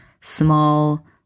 small